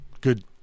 good